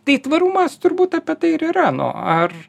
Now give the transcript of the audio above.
tai tvarumas turbūt apie tai ir yra nu ar